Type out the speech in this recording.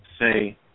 say